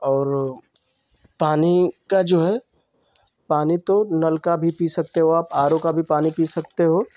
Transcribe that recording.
और पानी का जो है पानी तो नल का भी पी सकते हो आप आर ओ का भी पानी पी सकते हो